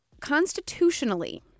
constitutionally